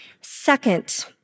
Second